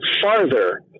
farther